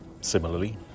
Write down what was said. Similarly